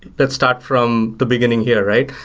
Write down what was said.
let's start from the beginning here, right?